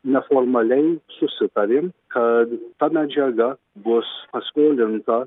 neformaliai susitarėm kad ta medžiaga bus paskolinta